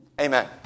Amen